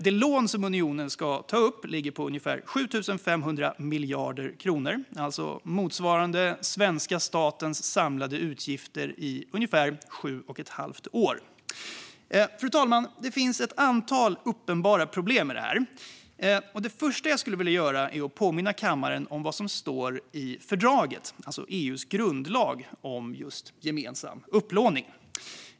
Det lån som unionen ska ta upp ligger på ungefär 7 500 miljarder kronor, alltså motsvarande svenska statens samlade utgifter i ungefär sju och ett halvt år. Fru talman! Det finns ett antal uppenbara problem. Det första jag vill göra är att påminna kammaren om vad som står i fördraget, det vill säga EU:s grundlag, om just gemensam upplåning.